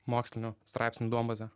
mokslinių straipsnių duombazę